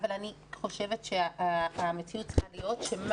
אבל אני חושבת שהמציאות צריכה להיות שמה